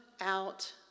out